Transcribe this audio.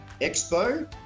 Expo